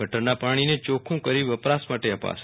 ગટરના પાણીને ચોખ્ખા કરી વપરાશ માટે અપાશે